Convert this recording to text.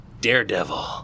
Daredevil